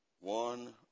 One